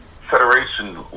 federation